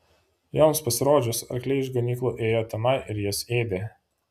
joms pasirodžius arkliai iš ganyklų ėjo tenai ir jas ėdė